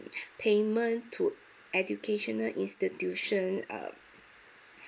payment to educational institution uh